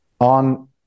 on